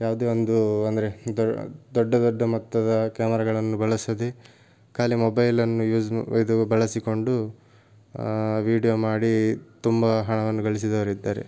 ಯಾವುದೇ ಒಂದು ಅಂದರೆ ದೊಡ್ ದೊಡ್ಡ ದೊಡ್ಡ ಮೊತ್ತದ ಕ್ಯಾಮರಾಗಳನ್ನು ಬಳಸದೆ ಖಾಲಿ ಮೊಬೈಲನ್ನು ಯೂಸ್ ಮಾ ಇದು ಬಳಸಿಕೊಂಡು ವಿಡಿಯೋ ಮಾಡಿ ತುಂಬ ಹಣವನ್ನು ಗಳಿಸಿದವರಿದ್ದಾರೆ